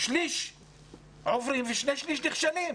שליש עוברים ושני-שליש נכשלים.